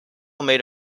made